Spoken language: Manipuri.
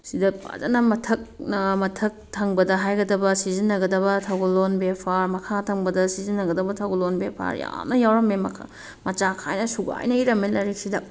ꯁꯤꯗ ꯐꯖꯅ ꯃꯊꯛꯅ ꯃꯊꯛ ꯊꯪꯕꯗ ꯍꯥꯏꯒꯗꯕ ꯁꯤꯖꯤꯟꯅꯒꯗꯕ ꯊꯧꯒꯜꯂꯣꯟ ꯕ꯭ꯌꯥꯕꯍꯥꯔ ꯃꯈꯥ ꯊꯪꯕꯗ ꯁꯤꯖꯤꯟꯅꯒꯗꯕ ꯊꯧꯒꯜꯂꯣꯟ ꯕ꯭ꯌꯥꯕꯍꯥꯔ ꯌꯥꯝꯅ ꯌꯥꯎꯔꯝꯃꯦ ꯃꯆꯥ ꯈꯥꯏꯅ ꯁꯨꯒꯥꯏꯅ ꯏꯔꯝꯃꯦ ꯂꯥꯏꯔꯤꯛꯁꯤꯗ